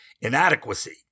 inadequacy